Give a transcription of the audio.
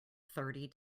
thirty